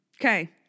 Okay